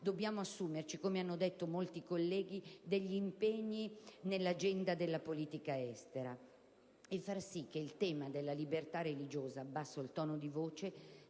dobbiamo assumerci - come hanno detto molti colleghi - degli impegni nell'agenda della politica estera e far sì che il tema della libertà religiosa - abbasso il tono di voce